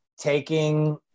taking